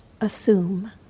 assume